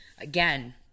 again